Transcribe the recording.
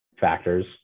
factors